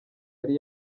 yari